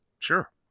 Sure